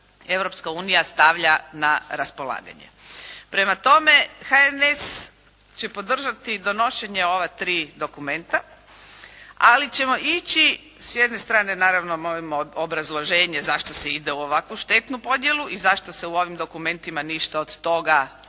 Europska unija stavlja na raspolaganje. Prema tome, HNS će podržati donošenje ova tri dokumenta, ali ćemo ići s jedne strane naravno molimo obrazloženje zašto se ide u ovakvu štetnu podjelu i zašto se u ovim dokumentima ništa od toga barem